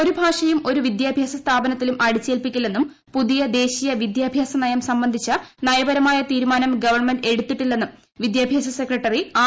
ഒരു ഭാഷയും ഒരു വിദ്യാഭ്യാസ സ്മാന്ത്തിലും അടിച്ചേൽപ്പിക്കില്ലെന്നും പുതിയ ദേശീയ വിദ്യാഭ്യമുൻനിയം സംബന്ധിച്ച് നയപരമായ തീരുമാനം ഗവൺമെന്റ് ഏടുത്തിട്ടില്ലെന്നും വിദ്യാഭ്യാസ സെക്രട്ടറി ആർ